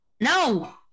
No